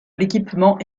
l’équipement